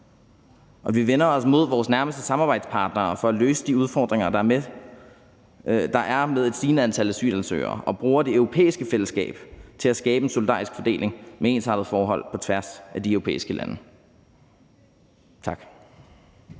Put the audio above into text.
at vi vender os mod vores nærmeste samarbejdspartnere for at løse de udfordringer, der er med et stigende antal asylansøgere, og bruger det europæiske fællesskab til at skabe en solidarisk fordeling med ensartede forhold på tværs af de europæiske lande. Tak.